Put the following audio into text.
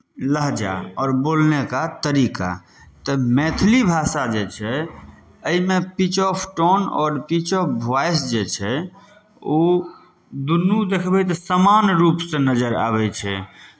लहजा आओर बोलने का तरीका तऽ मैथिली भाषा जे छै एहिमे पिच ऑफ टोन आओर पिच ऑफ वॉइस जे छै ओ दुनू देखबै तऽ समान रूपसँ नजर आबै छै